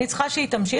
אני צריכה שהיא תמשיך.